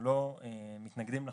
מבחינתנו, אנחנו לא מתנגדים לחוק.